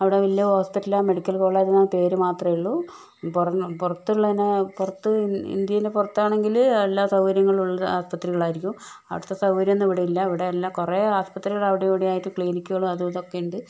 അവിടെ വലിയ ഹോസ്പിറ്റലാണ് മെഡിക്കൽ കോളേജാണ് എന്ന പേര് മാത്രമേയുള്ളൂ പുറമേ പുറത്തുള്ളതിനെ പുറത്ത് ഇന്ത്യയില് പുറത്താണെങ്കില് എല്ലാ സൗകര്യങ്ങളുമുള്ള ആശുപത്രികൾ ആയിരിക്കും അവിടുത്തെ സൗകര്യമൊന്നും ഇവിടെയില്ല ഇവിടെ ഇല്ല കുറെ ആശുപത്രികള് അവിടെ ഇവിടെ ആയിട്ട് ക്ലിനിക്കുകളും അതും ഇതും ഒക്കെ ഉണ്ട്